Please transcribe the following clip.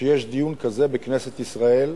שיש דיון כזה בכנסת ישראל,